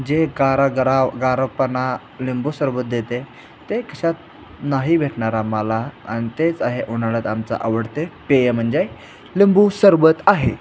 जे गारं गरा गारपणा लिंबू सरबत देते ते कशात नाही भेटणार आम्हाला आमि तेच आहे उन्हाळ्यात आमचं आवडते पेय म्हणजे लिंबू सरबत आहे